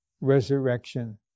resurrection